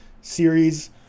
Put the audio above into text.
series